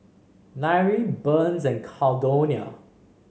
Nyree Burns and Caldonia